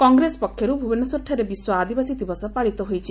କଂଗ୍ରେସ ପକ୍ଷରୁ ଭୁବନେଶ୍ୱରଠାରେ ବିଶ୍ୱ ଆଦିବାସୀ ଦିବସ ପାଳିତ ହୋଇଛି